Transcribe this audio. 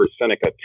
Seneca